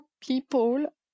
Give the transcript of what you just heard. people